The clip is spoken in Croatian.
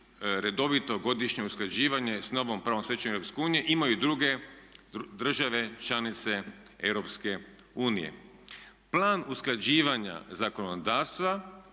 redovito godišnje usklađivanje s novom pravnom stečevinom Europske imaju i druge države članice Europske unije. Plan usklađivanja zakonodavstva